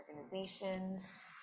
organizations